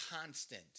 constant